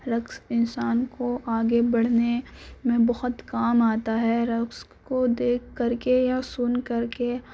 رقص انسان کو آگے بڑھنے میں بہت کام آتا ہے رقص کو دیکھ کر کے یا سن کر کے